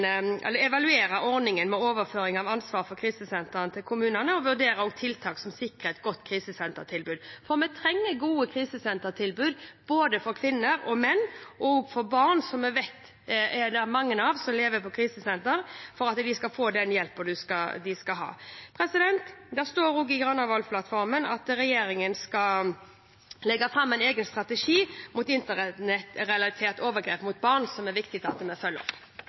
tiltak som skal sikre et godt krisesentertilbud, for vi trenger gode krisesentertilbud for både kvinner og menn – og også barn, for vi vet at det er mange barn som lever på krisesenter – for at de skal få den hjelpen de skal ha. Det står også i Granavolden-plattformen at regjeringen skal legge fram en egen strategi mot internettrelaterte overgrep mot barn, som det er viktig at vi følger opp.